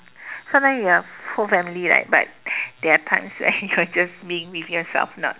sometimes you have whole family right but there are times when you are just being with yourself not the